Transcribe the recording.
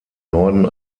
norden